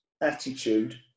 attitude